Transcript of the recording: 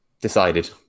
decided